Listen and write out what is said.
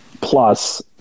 plus